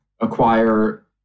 acquire